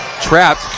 Trapped